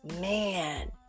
Man